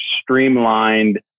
streamlined